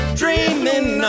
dreaming